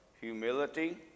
humility